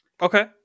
Okay